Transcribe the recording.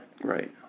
Right